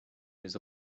his